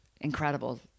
incredible